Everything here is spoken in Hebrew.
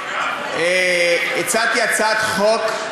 הצעתי הצעת חוק,